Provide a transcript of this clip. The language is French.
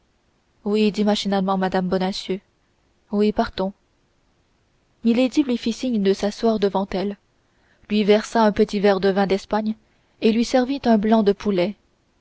oui dit machinalement mme bonacieux oui partons milady lui fit signe de s'asseoir devant elle lui versa un petit verre de vin d'espagne et lui servit un blanc de poulet